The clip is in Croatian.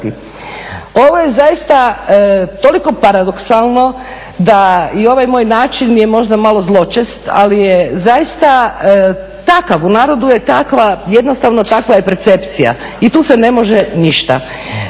Ovo je zaista toliko paradoksalno da i ovaj moj način je možda malo zločest ali je zaista takav, u narodu je takva jednostavno takva je percepcija i tu se ne može ništa.